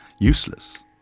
useless